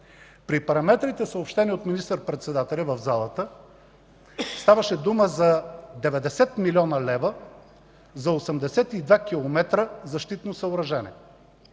При параметрите, съобщени от министър-председателя в залата, ставаше дума за 90 млн. лв. за 82 километра защитно съоръжение,